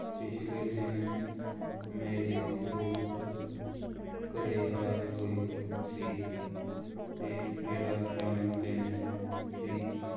ਪਿਛਲੇ ਦਿਨ ਮੇਰੇ ਦੋਸਤ ਘਰ ਆਏ ਹੋਏ ਸੀ ਅਤੇ ਮੇਰਾ ਜਨਮਦਿਨ ਸੀ